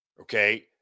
okay